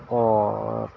اور